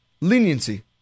leniency